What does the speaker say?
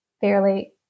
fairly